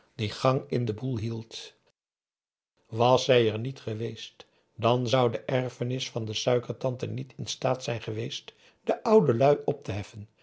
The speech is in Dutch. die gang in den boel hield was zij er niet geweest dan zou de erfenis van de suikertante niet in staat zijn geweest de oudelui op te heffen